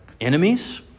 enemies